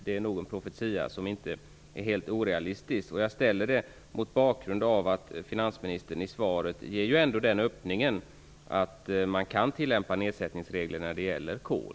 Det är nog en profetia som inte är helt orealistisk. Jag ställer frågan mot bakgrund av att finansministern i svaret ändå ger en öppning när han säger att man kan tillämpa nedsättningsregler när det gäller kol.